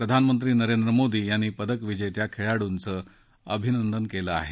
प्रधानमंत्री नरेंद्र मोदी यांनी पदकविजेत्या खेळाडूंचं अभिनंदन केलं आहे